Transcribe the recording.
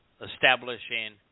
establishing